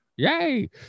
Yay